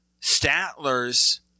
Statler's